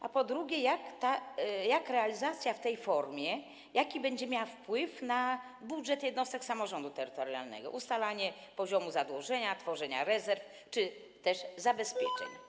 A po drugie, jaki realizacja w tej formie będzie miała wpływ na budżet jednostek samorządu terytorialnego, ustalanie poziomu zadłużenia, tworzenie rezerw czy też zabezpieczeń?